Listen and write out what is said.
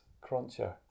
Cruncher